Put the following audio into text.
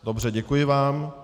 Dobře, děkuji vám.